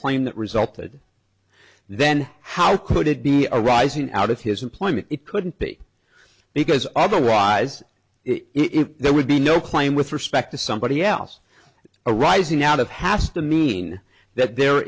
claim that resulted then how could it be arising out of his employment it couldn't be because otherwise it there would be no claim with respect to somebody else arising out of house to mean that there